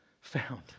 found